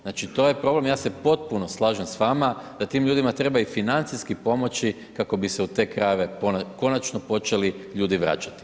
Znači to je problem, ja se potpuno slažem s vama da tim ljudima treba i financijski pomoći kako bi se u te krajeve konačno počeli ljudi vraćati.